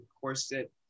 corset